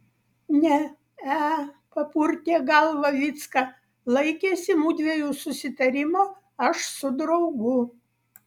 ne e papurtė galvą vycka laikėsi mudviejų susitarimo aš su draugu